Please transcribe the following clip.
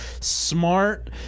smart